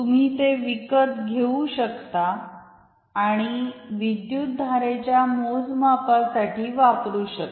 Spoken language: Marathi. तुम्ही ते विकत घेऊ शकता आणि विद्युतधारेच्या मोजमापासाठी वापरू शकता